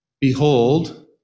Behold